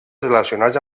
relacionats